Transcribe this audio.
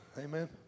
Amen